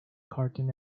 cartoon